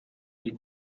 you